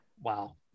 wow